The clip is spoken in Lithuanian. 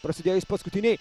prasidėjus paskutinei